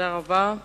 תודה רבה.